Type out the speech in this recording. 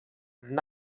日本